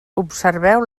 observeu